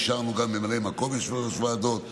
אישרנו גם ממלאי מקום יושבי-ראש ועדות.